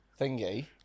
thingy